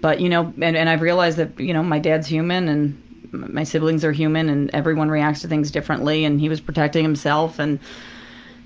but you know, and and i've realized that you know my dad's human and my siblings are human, and everyone reacts to things differently, and he was protecting himself, and